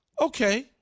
okay